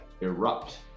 erupt